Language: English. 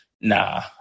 nah